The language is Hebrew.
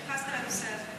לא התייחסת לנושא הזה.